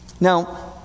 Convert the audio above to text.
Now